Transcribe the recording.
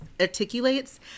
articulates